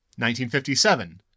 1957